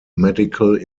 medical